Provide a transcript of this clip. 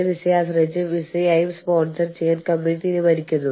ആ പ്രദേശത്ത് നമ്മൾ കൂടുതൽ സംരക്ഷണ ഉപകരണങ്ങൾക്കായി ചെലവഴിക്കണം